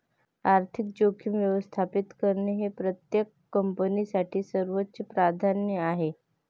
आर्थिक जोखीम व्यवस्थापित करणे हे प्रत्येक कंपनीसाठी सर्वोच्च प्राधान्य आहे